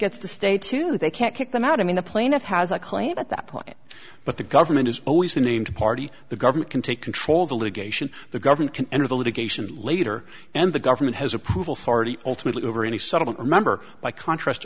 gets the stay tuned they can't kick them out i mean the plaintiff has a claim at that point but the government is always unnamed party the government can take control of the litigation the government can enter the litigation later and the government has approval farty ultimately over any settlement remember by contra